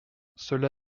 cela